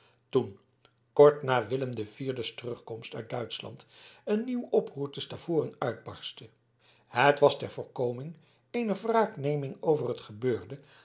toen kort na willem de vierdes terugkomst uit duitschland een nieuw oproer te stavoren uitberstte het was ter voorkoming eener wraakneming over het gebeurde